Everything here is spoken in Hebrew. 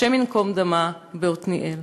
השם ייקום דמה, בעתניאל.